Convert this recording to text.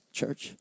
church